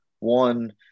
One